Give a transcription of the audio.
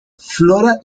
flora